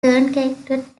truncated